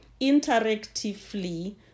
interactively